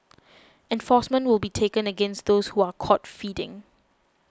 enforcement will be taken against those who are caught feeding